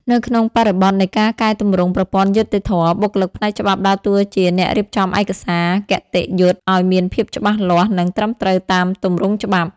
នៅក្នុងបរិបទនៃការកែទម្រង់ប្រព័ន្ធយុត្តិធម៌ បុគ្គលិកផ្នែកច្បាប់ដើរតួជាអ្នករៀបចំឯកសារគតិយុត្តិឱ្យមានភាពច្បាស់លាស់ និងត្រឹមត្រូវតាមទម្រង់ច្បាប់។